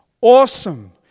awesome